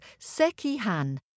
sekihan